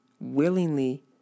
willingly